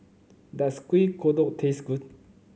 does Kuih Kodok taste good